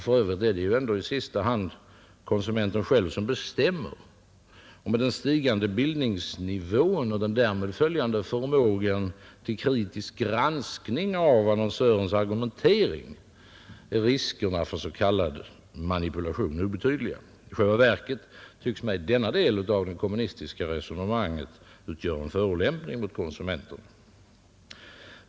För övrigt är det ju ändå i sista hand konsumenten själv som bestämmer, och med den stigande bildningsnivån och den därmed följande ökade förmågan till kritisk granskning av annonsörens argumentering är riskerna för s.k. manipulation obetydliga. I själva verket tycks mig denna del av det kommunistiska resonemanget utgöra en förolämpning mot konsumenterna.